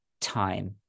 time